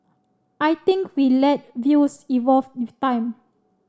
I think we let views evolve with time